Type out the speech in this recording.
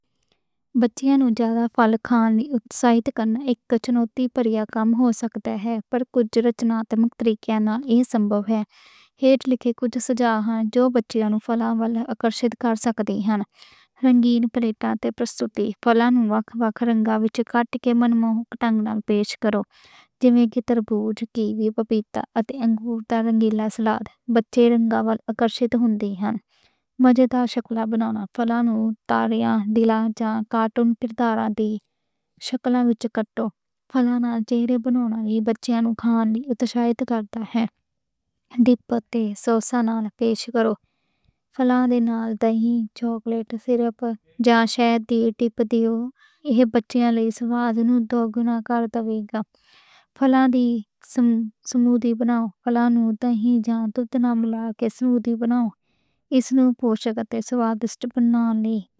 بچیاں نوں زیادہ پھل کھان لئی اُتساہت کرنا اک چُنوتی بھریا کم ہو سکدا ہے۔ پر کچھ رچناتمک طریقیاں نال ایہ ممکن ہے۔ ہیٹھ لکھے کچھ سجھاؤ جو بچیاں نوں پھلاں ول اکرشِت کر سکدے ہن۔ رنگین پلیٹاں وچ پھلاں نوں وکھ وکھ کٹ کے من موہن ڈھنگ نال پیش کرو۔ جیویں تربوز، کیوی، پپیتا، انگور تے رنگ برنگے سواد۔ بچے رنگاں نال اکرشِت ہُندے ہن، مزےدار شکلّاں بناؤ، کارٹون کرداراں دیاں شکلان وچ کٹو۔ پھلاں نال چہرے بنا کے لگّی کھان نال بچیاں نوں کھان لئی اُتساہت کر دا ہے۔ بچیاں نوں کھان لئی اُتساہت کر دا ہے۔ ڈِپس تے سوس نال پیش کرو پھلاں نال دہی، چاکلیٹ سیرپ جاں شہد دا چھڑکاؤ سواد نوں دوگنا کر دیوے گا۔ پھلاں دی سموُتھی بناؤ۔ پھلاں نوں دہی نال سموُتھی بناو، اس نال پوشن نوں سوادیست بناو۔